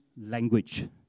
language